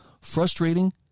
frustrating